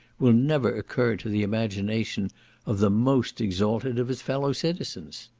will never occur to the imagination of the most exalted of his fellow-citizens.